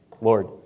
Lord